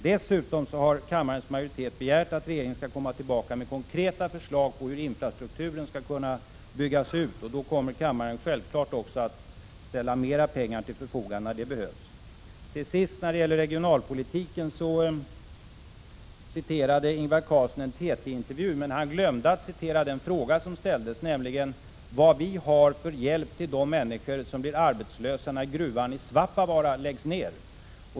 Dessutom har kammarens majoritet begärt att regeringen skall komma tillbaka med konkreta förslag på hur infrastrukturen skall kunna byggas ut, och då kommer kammaren självfallet att ställa mer pengar till förfogande när så behövs. När det gäller regionalpolitiken citerade Ingvar Carlsson en TT-intervju, men han glömde att citera den fråga som ställdes, nämligen vad vi har för hjälp till de människor som blir arbetslösa när gruvan i Svappavaara läggs ned.